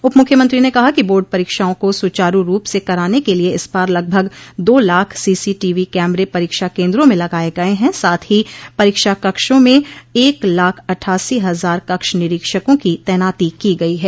उप मुख्यमंत्री ने कहा कि बोर्ड परीक्षाओं को सुचारू रूप से कराने के लिये इस बार लगभग दो लाख सीसी टीवी कैमरे परीक्षा केन्द्रों में लगाये गये हैं साथ ही परीक्षा कक्षों में एक लाख अट्ठासी हजार कक्ष निरीक्षकों की तैनाती की गई है